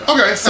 Okay